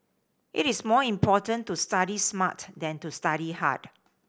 it is more important to study smart than to study hard